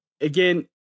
again